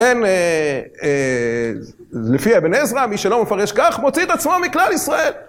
כן? לפי אבן עזרא, מי שלא מפרש כך, מוציא את עצמו מכלל ישראל!